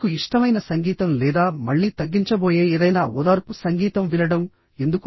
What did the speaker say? మీకు ఇష్టమైన సంగీతం లేదా మళ్ళీ తగ్గించబోయే ఏదైనా ఓదార్పు సంగీతం వినడం ఎందుకు